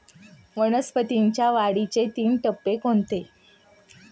वनस्पतींच्या वाढीचे तीन टप्पे कोणते?